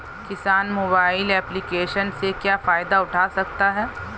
किसान mobile application से क्या फायदा उठा सकता है?